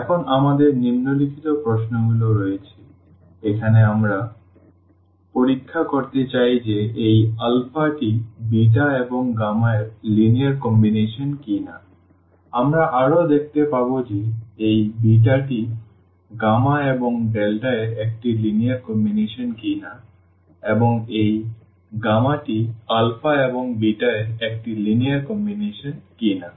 এখন আমাদের নিম্নলিখিত প্রশ্নগুলি রয়েছে এখন আমরা পরীক্ষা করতে চাই যে এই টি এবং এর লিনিয়ার কম্বিনেশন কিনা আমরা আরও দেখতে পাব যে এই টি এবং এর একটি লিনিয়ার কম্বিনেশন কিনা এবং এই টি এবং এর একটি লিনিয়ার কম্বিনেশন কিনা